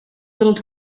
little